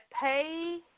pay